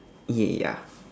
ya